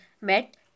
met